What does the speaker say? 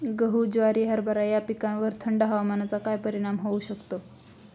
गहू, ज्वारी, हरभरा या पिकांवर थंड हवामानाचा काय परिणाम होऊ शकतो?